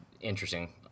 interesting